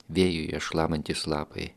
vėjuje šlamantys lapai